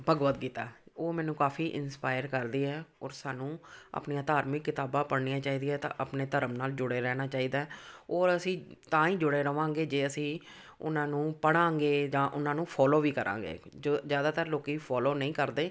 ਭਗਵਤ ਗੀਤਾ ਉਹ ਮੈਨੂੰ ਕਾਫ਼ੀ ਇੰਸਪਾਇਰ ਕਰਦੀ ਆ ਔਰ ਸਾਨੂੰ ਆਪਣੀਆਂ ਧਾਰਮਿਕ ਕਿਤਾਬਾਂ ਪੜ੍ਹਣੀਆਂ ਚਾਹੀਦੀਆਂ ਤਾਂ ਆਪਣੇ ਧਰਮ ਨਾਲ ਜੁੜੇ ਰਹਿਣਾ ਚਾਹੀਦਾ ਔਰ ਅਸੀਂ ਤਾਂ ਹੀ ਜੁੜੇ ਰਹਾਂਗੇ ਜੇ ਅਸੀਂ ਉਹਨਾਂ ਨੂੰ ਪੜ੍ਹਾਂਗੇ ਜਾਂ ਉਹਨਾਂ ਨੂੰ ਫੋਲੋ ਵੀ ਕਰਾਂਗੇ ਜੋ ਜ਼ਿਆਦਾਤਰ ਲੋਕੀਂ ਫੋਲੋ ਨਹੀਂ ਕਰਦੇ